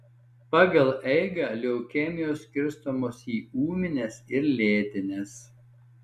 pagal eigą leukemijos skirstomos į ūmines ir lėtines